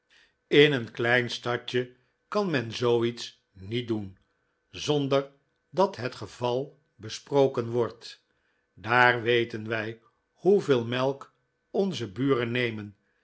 in een klein stadje kan men zooiets niet doen zonder dat het geval besproken wordt daar weten wij hoeveel melk onze buren nemen